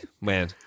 man